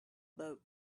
boat